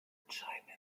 entscheidenden